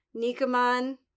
Nikuman